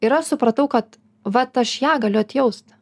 ir aš supratau kad vat aš ją galiu atjausti